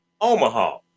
Omaha